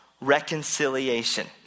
reconciliation